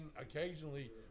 occasionally